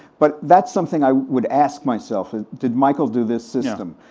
but that's something i would ask myself, and did michael do this system,